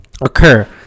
Occur